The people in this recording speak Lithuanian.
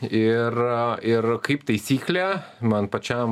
ir ir kaip taisyklė man pačiam